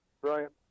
brilliant